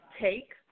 take